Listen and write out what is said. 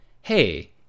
Hey